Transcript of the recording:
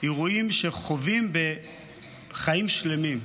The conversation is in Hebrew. אירועים שחווים בחיים שלמים.